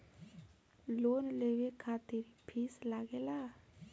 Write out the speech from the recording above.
Loan लेवे खातिर fees लागेला?